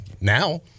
now